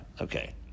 Okay